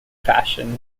fashion